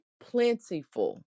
plentiful